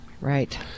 Right